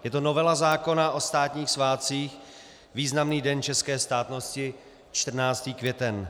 Je to novela zákona o státních svátcích, významný den české státnosti, 14. květen.